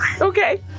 Okay